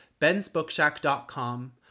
bensbookshack.com